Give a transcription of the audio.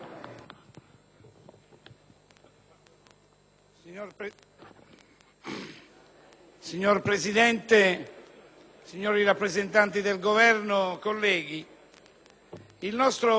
Signor Presidente, signori rappresentanti del Governo, colleghi, il nostro Paese avverte l'esigenza indifferibile